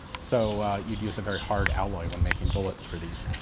so you'd use a very hard alloy when making bullets for these.